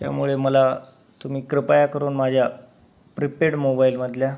त्यामुळे मला तुम्ही कृपया करून माझ्या प्रिपेड मोबाईलमधल्या